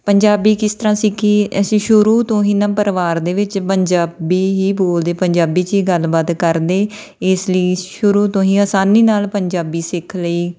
ਪੰਜਾਬੀ ਕਿਸ ਤਰ੍ਹਾਂ ਸਿੱਖੀ ਅਸੀਂ ਸ਼ੁਰੂ ਤੋਂ ਹੀ ਨਾ ਪਰਿਵਾਰ ਦੇ ਵਿੱਚ ਪੰਜਾਬੀ ਹੀ ਬੋਲਦੇ ਪੰਜਾਬੀ 'ਚ ਹੀ ਗੱਲਬਾਤ ਕਰਦੇ ਇਸ ਲਈ ਸ਼ੁਰੂ ਤੋਂ ਹੀ ਆਸਾਨੀ ਨਾਲ ਪੰਜਾਬੀ ਸਿੱਖ ਲਈ